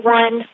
one